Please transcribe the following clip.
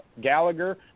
Gallagher